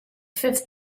fifth